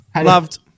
Loved